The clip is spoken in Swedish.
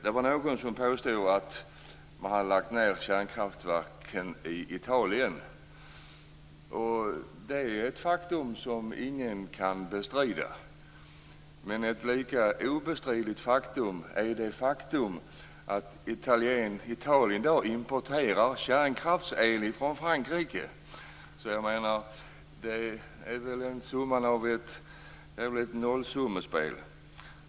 Det var någon som påstod att man har lagt ned kärnkraftverken i Italien. Det är ett faktum som ingen kan bestrida. Men ett lika obestridligt faktum är att Italien i dag importerar kärnkraftsel från Frankrike. Så detta är väl ett nollsummespel.